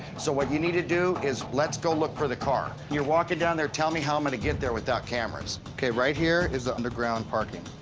so what you need to do is, let's go look for the car. you're walking down there, tell me how i'm going to get there without cameras. ok right here is the underground parking.